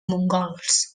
mongols